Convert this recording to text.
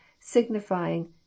signifying